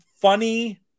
funny